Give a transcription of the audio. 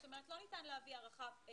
זאת אומרת, לא ניתן להביא הארכה.